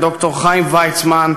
הד"ר חיים ויצמן,